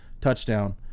touchdown